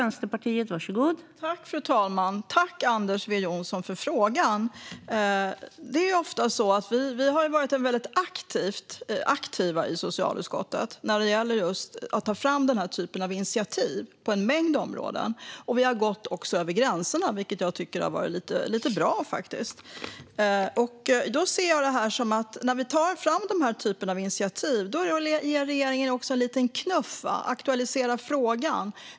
Fru talman! Tack, Anders W Jonsson, för frågan! Vi är ju ofta väldigt aktiva i socialutskottet när det gäller att ta fram den här typen av initiativ på en mängd områden. Vi har också gått över gränserna, vilket jag faktiskt tycker har varit lite bra. Jag ser det som att när vi tar fram den här typen av initiativ ger vi också regeringen en liten knuff. Vi aktualiserar frågan.